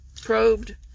probed